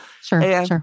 Sure